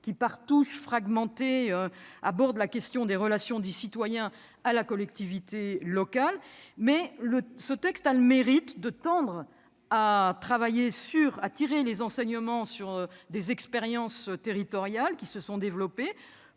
qui, par touches fragmentées, abordent la question des relations des citoyens à la collectivité locale, mais ce texte a le mérite de tendre à tirer les enseignements des expériences territoriales qui se sont développées